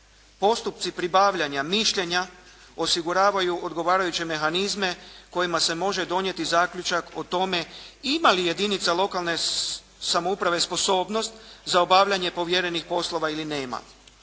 Postupci pribavljanja mišljenja osiguravaju odgovarajuće mehanizme kojima se može donijeti zaključak o tome ima li jedinica lokalne samouprave sposobnost za obavljanje povjerenih poslova ili nema.